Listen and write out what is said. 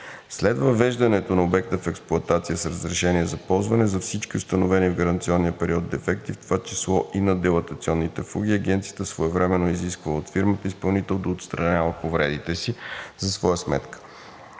След въвеждането на обекта в експлоатация с разрешение за ползване за всички установени в гаранционния период дефекти, в това число и на дилатационни фуги, Агенцията своевременно изисква от фирмата изпълнител да отстранява повредите си за своя сметка.